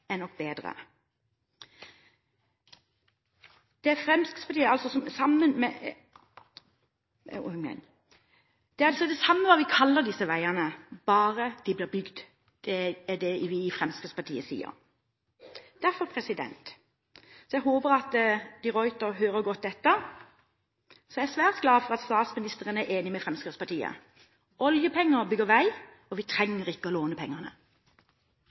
er nok bedre. Det er det samme hva vi kaller disse veiene, bare de blir bygd. Det sier vi i Fremskrittspartiet. Derfor håper jeg at de Ruiter hører godt etter – og jeg er svært glad for at statsministeren er enig med Fremskrittspartiet. Oljepenger bygger vei, vi trenger ikke